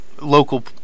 local